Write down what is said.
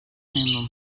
memnun